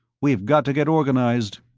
we've got to get organized.